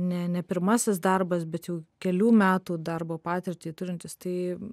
ne ne pirmasis darbas bet jau kelių metų darbo patirtį turintis tai